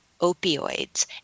opioids